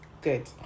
good